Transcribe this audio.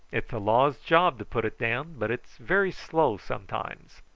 it's the law's job to put it down but it's very slow sometimes.